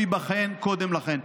הוא ייבחן קודם לכן.